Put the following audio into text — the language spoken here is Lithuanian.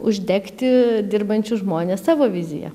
uždegti dirbančius žmones savo vizija